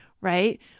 Right